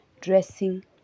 dressing